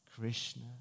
Krishna